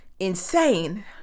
insane